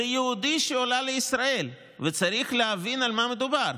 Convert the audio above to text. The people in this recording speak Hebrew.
זה יהודי שעלה לישראל, וצריך להבין על מה מדובר.